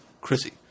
Chrissy